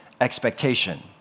expectation